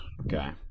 Okay